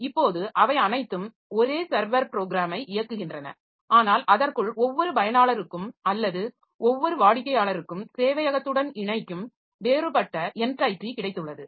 இப்போது அவை அனைத்தும் ஒரே சர்வர் ப்ரோக்ராமை இயக்குகின்றன ஆனால் அதற்குள் ஒவ்வொரு பயனாளருக்கும் அல்லது ஒவ்வொரு வாடிக்கையாளருக்கும் சேவையகத்துடன் இணைக்கும் வேறுபட்ட என்டைட்டி கிடைத்துள்ளது